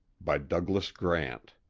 by douglas grant